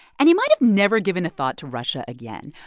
and he might have never given a thought to russia again.